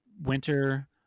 winter